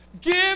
give